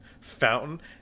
fountain